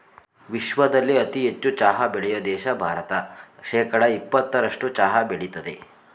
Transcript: ವಿಶ್ವದಲ್ಲೇ ಅತಿ ಹೆಚ್ಚು ಚಹಾ ಬೆಳೆಯೋ ದೇಶ ಭಾರತ ಶೇಕಡಾ ಯಪ್ಪತ್ತರಸ್ಟು ಚಹಾ ಬೆಳಿತದೆ